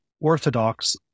Orthodox